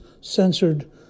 censored